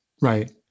right